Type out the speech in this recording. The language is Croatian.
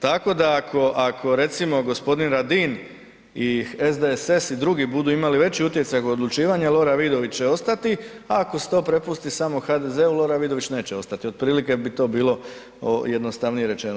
Tako da ako recimo g. Radin i SDSS i drugi budu imali veći utjecaj odlučivanja Lora Vidović će ostati a ako se to prepusti samo HDZ-u Lora Vidović neće ostati, otprilike bi to bilo jednostavnije rečeno.